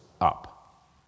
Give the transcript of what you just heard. up